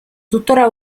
tuttora